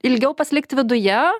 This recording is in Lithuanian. ilgiau pasilikti viduje